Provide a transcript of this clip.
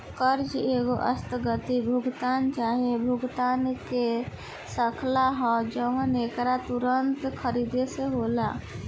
कर्जा एगो आस्थगित भुगतान चाहे भुगतान के श्रृंखला ह जवन एकरा के तुंरत खरीद से होला